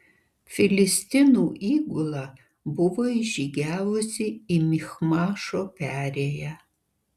filistinų įgula buvo įžygiavusi į michmašo perėją